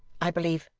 i believe